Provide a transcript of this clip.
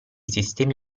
sistemi